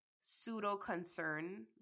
pseudo-concern